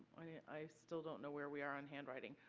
i still don't know where we are on handwriting.